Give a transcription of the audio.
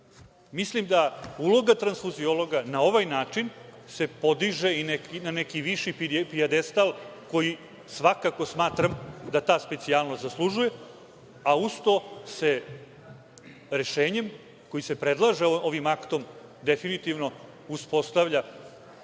Mislim da uloga transfuziloga na ovaj način se podiće i na neki viši pijedestal koji svakako smatram da ta specijalnost zaslužuje, a uz to se rešenjem koje se predlaže ovim aktom definitivno uspostavlja